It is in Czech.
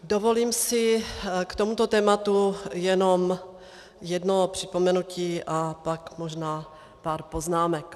Dovolím si k tomuto tématu jenom jedno připomenutí a pak možná pár poznámek.